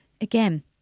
again